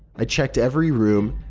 i checked every room,